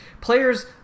players